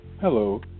Hello